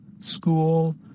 school